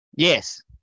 Yes